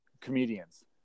comedians